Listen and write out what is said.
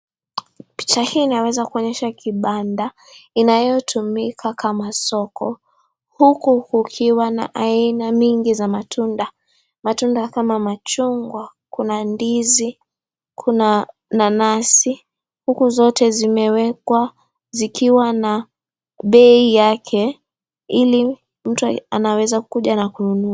Picha hii inaweza kuonyesha kibanda inayotumika kama soko, huku kukiwa na aina mingi za matunda. Matunda kama machungwa, kuna ndizi, kuna nanasi, huku zote zimewekwa zikiwa na bei yake ili mtu anaweza kuja na kununua.